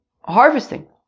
harvesting